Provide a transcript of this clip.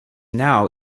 now